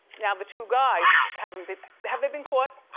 now, the two guys haven't been, have they been caught?